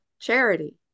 charity